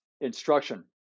instruction